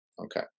Okay